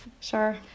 sure